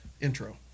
intro